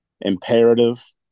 imperative